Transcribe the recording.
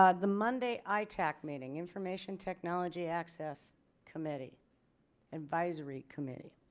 ah the monday itac meeting information technology access committee advisory committee